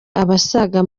abasaga